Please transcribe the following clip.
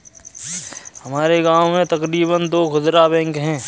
हमारे गांव में तकरीबन दो खुदरा बैंक है